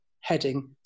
heading